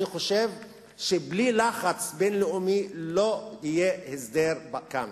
אני חושב שבלי לחץ בין-לאומי לא יהיה הסדר כאן.